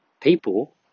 people